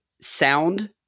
sound